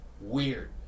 Weird